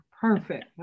perfect